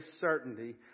certainty